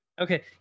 Okay